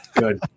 good